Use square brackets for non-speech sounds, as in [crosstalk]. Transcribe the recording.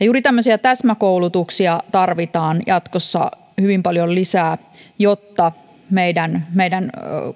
[unintelligible] juuri tämmöisiä täsmäkoulutuksia tarvitaan jatkossa hyvin paljon lisää jotta meidän meidän